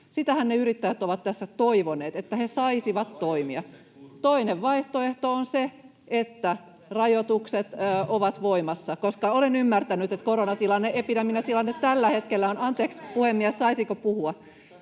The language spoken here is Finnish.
Sitähän ne yrittäjät ovat tässä toivoneet, että he saisivat toimia. [Vilhelm Junnilan välihuuto] Toinen vaihtoehto on se, että rajoitukset ovat voimassa, koska olen ymmärtänyt, että koronaepidemiatilanne tällä hetkellä on... [Välihuutoja